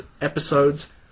episodes